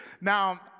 now